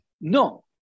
No